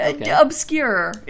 obscure